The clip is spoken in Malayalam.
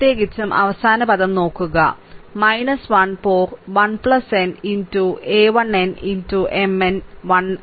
പ്രത്യേകിച്ചും അവസാന പദം നോക്കുക 1 പോർ 1 n a 1n M 1n